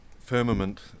firmament